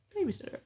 Babysitter